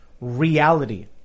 reality